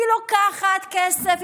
היא לוקחת כסף,